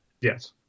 Yes